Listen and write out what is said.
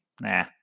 Nah